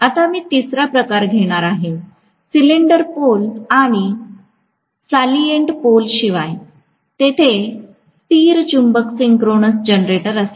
आता मी तिसरा प्रकार घेणार आहे सिलेंडर पोल आणि सालिएंट पोल शिवाय तेथे स्थिर चुंबक सिंक्रोनस जनरेटर असेल